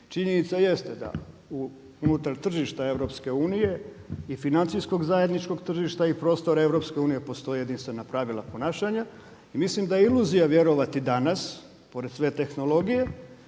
Činjenica jeste da unutar tržišta EU i financijskog zajedničkog tržišta i prostora EU postoje jedinstvena pravila ponašanja i mislim da je iluzija vjerovati danas pored sve tehnologije